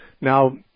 Now